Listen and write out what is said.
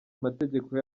amategeko